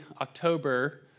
October